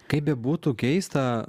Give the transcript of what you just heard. kaip bebūtų keista